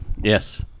Yes